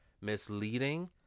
Misleading